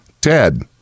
Ted